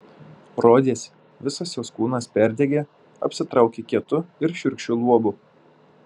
rodėsi visas jos kūnas perdegė apsitraukė kietu ir šiurkščiu luobu